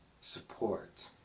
support